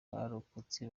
abarokotse